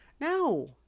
No